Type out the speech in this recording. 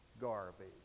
garbage